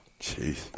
Jeez